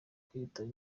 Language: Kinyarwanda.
kwitaba